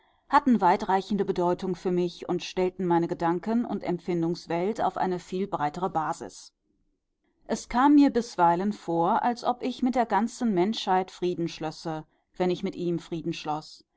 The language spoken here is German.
hatten weitreichende bedeutung für mich und stellten meine gedanken und empfindungswelt auf eine viel breitere basis es kam mir bisweilen vor als ob ich mit der ganzen menschheit frieden schlösse wenn ich mit ihm frieden